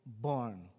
born